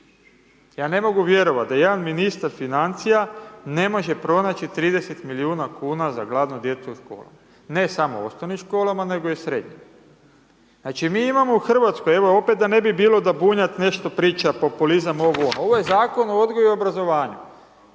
Ja ne mogu vjerovat da jedan ministar financija ne može pronaći 30 milijuna kuna za gladnu djecu u školama, ne samo osnovnim školama, nego i srednjim. Znači, mi imamo u Hrvatskoj, evo da opet ne bi bilo da Bunjac nešto priča populizam, ovo ono, ovo je Zakon o odgoju i obrazovanju,